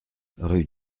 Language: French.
rue